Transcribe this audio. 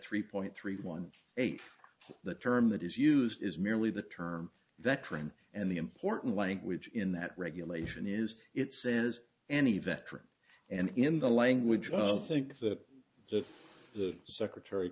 three point three one eight the term that is used is merely the term that trained and the important language in that regulation is it says any veteran and in the language i think that the secretary